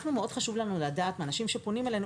מאוד חשוב לנו לדעת מאנשים שפונים אלינו,